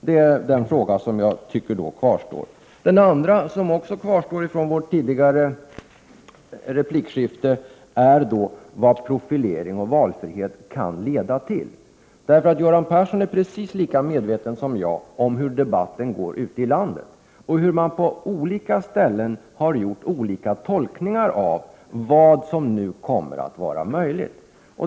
Det är en fråga som kvarstår. Den andra frågan som kvarstår från vårt tidigare replikskifte är vad profilering och valfrihet kan leda till. Göran Persson är precis lika medveten som jag om hur debatten går ute i landet och hur man på olika ställen har gjort olika tolkningar av vad som nu kommer att vara möjligt.